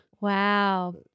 Wow